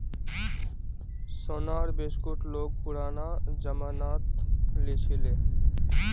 सोनार बिस्कुट लोग पुरना जमानात लीछीले